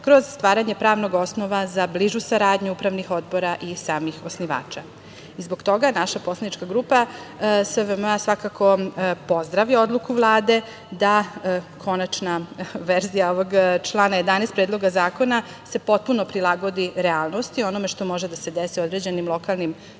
kroz stvaranje pravnog osnova za bližu saradnju upravnih odbora i samih osnivača. Zbog toga naša poslanička grupa SVM svakako pozdravlja odluku Vlade da konačna verzija ovog člana 11. Predloga zakona se potpuno prilagodi realnosti, onome što može da se desi u određenim lokalnim